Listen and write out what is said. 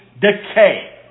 decay